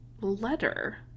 letter